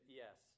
yes